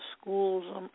schools